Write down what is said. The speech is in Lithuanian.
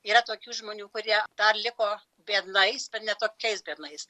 yra tokių žmonių kurie dar liko biednais bet ne tokiais drėgnais